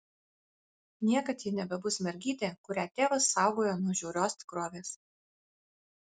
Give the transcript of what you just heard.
niekad ji nebebus mergytė kurią tėvas saugojo nuo žiaurios tikrovės